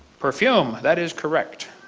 perfume, that is correct.